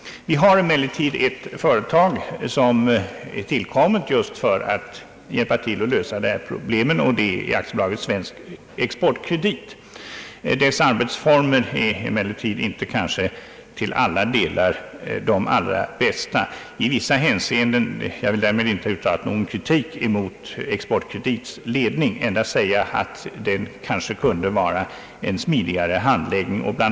Det finns emellertid ett företag som har tillkommit just för att hjälpa till att lösa dessa problem, nämligen AB Svensk exportkredit. Dess arbetsformer är kanske inte till alla delar de allra bästa, men jag skall inte uttala någon kritik mot bolagets ledning utan endast säga att handläggningen kunde göras smidigare. Bl.